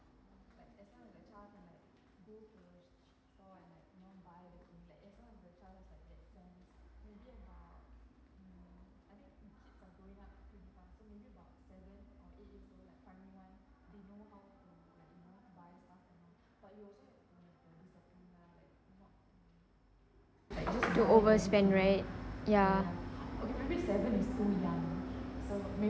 would overspend right ya